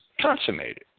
consummated